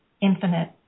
infinite